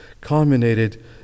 culminated